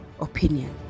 opinion